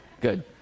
good